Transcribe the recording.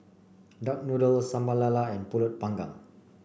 Duck Noodle Sambal Lala and pulut panggang